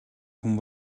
хүн